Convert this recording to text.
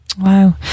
Wow